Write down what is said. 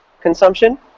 consumption